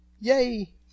Yay